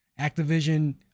Activision